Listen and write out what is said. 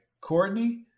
Courtney